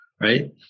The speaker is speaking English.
right